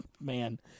Man